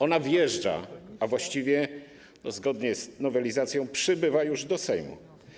Ona wjeżdża, a właściwie, zgodnie z nowelizacją, przybywa już do Sejmu.